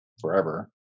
forever